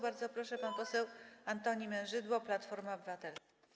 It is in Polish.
Bardzo proszę, pan poseł Antoni Mężydło, Platforma Obywatelska.